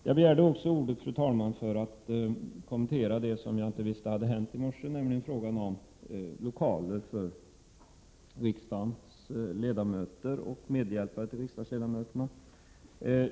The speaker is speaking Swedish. Jag begärde också ordet för att kommentera det som jag i morse inte kände till, nämligen frågan om lokaler för riksdagens ledamöter och medhjälpare till riksdagsledamöterna.